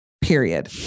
Period